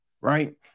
right